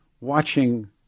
watching